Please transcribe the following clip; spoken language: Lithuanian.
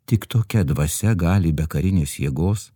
tik tokia dvasia gali be karinės jėgos